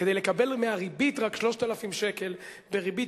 כדי לקבל מהריבית רק 3,000 שקל בריבית